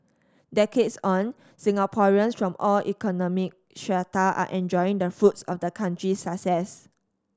decades on Singaporeans from all economic strata are enjoying the fruits of the country's success